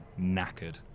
knackered